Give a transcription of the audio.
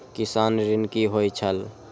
किसान ऋण की होय छल?